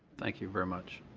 thank you very much.